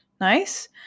nice